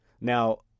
Now